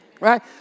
Right